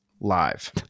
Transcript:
live